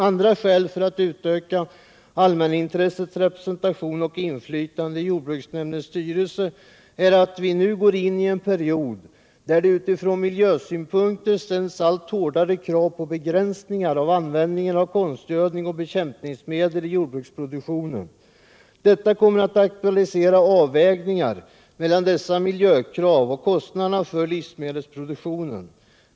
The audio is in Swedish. Andra skäl för att utöka allmänintressets representation och inflytande i jordbruksnämndens styrelse är att att vi nu går in i en period där det utifrån miljösynpunkter ställs allt hårdare krav på begränsning av användningen av konstgödning och bekämpningsmedel i jordbruksproduktionen. Detta kommer att aktualisera avvägningar mellan dessa miljökrav och kostnader för livsmedelsproduktionen.